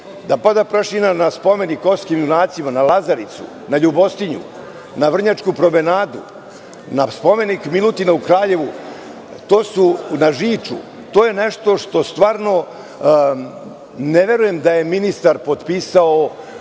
da pada prašina na spomenik Kosovskim junacima, na Lazaricu, na Ljubostinju, na Vrnjačku promenadu, na spomenik Milutinu u Kraljevu, na Žiču, to je nešto što stvarno, ne verujem da je ministar potpisao